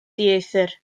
dieithr